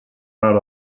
out